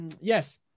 yes